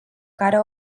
care